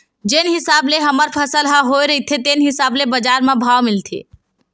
जेन हिसाब ले हमर फसल ह होए रहिथे तेने हिसाब ले बजार म भाव मिलथे